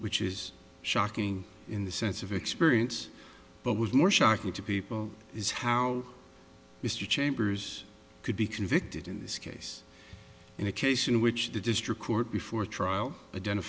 which is shocking in the sense of experience but was more shocking to people is how mr chambers could be convicted in this case in a case in which the district court before a trial